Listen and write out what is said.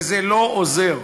וזה לא עוזר.